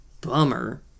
bummer